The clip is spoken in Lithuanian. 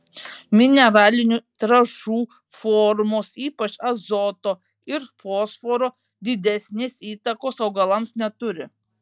mineralinių trąšų formos ypač azoto ir fosforo didesnės įtakos augalams neturi